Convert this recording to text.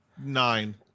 nine